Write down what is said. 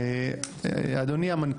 שאלה.